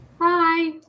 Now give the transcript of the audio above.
Hi